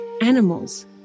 animals